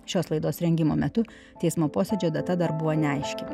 šios laidos rengimo metu teismo posėdžio data dar buvo neaiški